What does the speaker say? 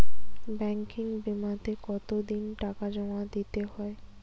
Banking বিমাতে কত দিন টাকা জমা দিতে হয়?